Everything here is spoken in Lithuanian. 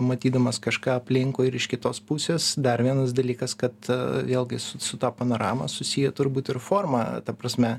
matydamas kažką aplinkui ir iš kitos pusės dar vienas dalykas kad vėlgi su su ta panorama susiję turbūt ir forma ta prasme